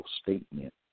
statement